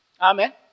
Amen